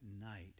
night